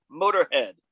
Motorhead